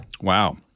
Wow